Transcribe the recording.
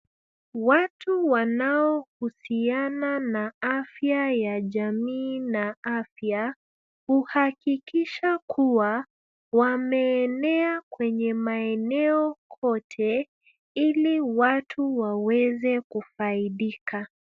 Watu wanaohusiana na afya ya jamii na afya, huhakikisha kuwa wameenea kwenye maeneo kote, ili watu waweze kufaidika.